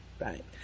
Right